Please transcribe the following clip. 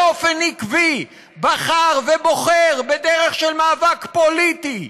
באופן עקבי בחר ובוחר בדרך של מאבק פוליטי,